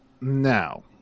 now